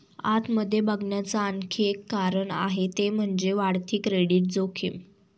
आत मध्ये बघण्याच आणखी एक कारण आहे ते म्हणजे, वाढती क्रेडिट जोखीम